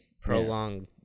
prolong